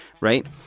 right